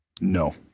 No